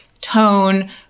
tone